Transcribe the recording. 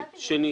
שנית,